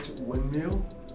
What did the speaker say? windmill